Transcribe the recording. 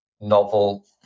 novel